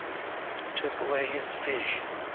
took away his vision.